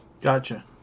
Gotcha